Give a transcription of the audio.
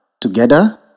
together